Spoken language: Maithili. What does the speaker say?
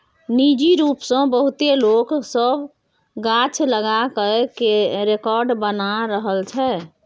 निजी रूप सँ बहुते लोक सब गाछ लगा कय रेकार्ड बना रहल छै